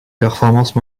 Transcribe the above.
performances